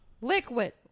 liquid